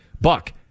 Buck